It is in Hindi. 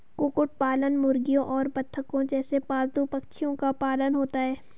कुक्कुट पालन मुर्गियों और बत्तखों जैसे पालतू पक्षियों का पालन होता है